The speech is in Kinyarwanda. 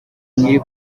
nyiri